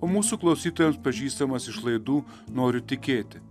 o mūsų klausytojam pažįstamas iš laidų noriu tikėti